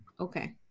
Okay